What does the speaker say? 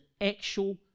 actual